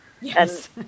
Yes